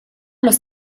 los